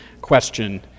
question